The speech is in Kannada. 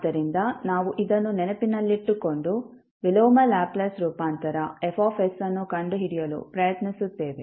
ಆದ್ದರಿಂದ ನಾವು ಇದನ್ನು ನೆನಪಿನಲ್ಲಿಟ್ಟುಕೊಂಡು ವಿಲೋಮ ಲ್ಯಾಪ್ಲೇಸ್ ರೂಪಾಂತರ F ಅನ್ನು ಕಂಡುಹಿಡಿಯಲು ಪ್ರಯತ್ನಿಸುತ್ತೇವೆ